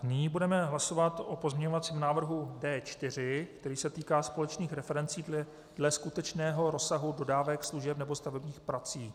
Nyní budeme hlasovat o pozměňovacím návrhu D4, který se týká společných referencí dle skutečného rozsahu dodávek, služeb nebo stavebních prací.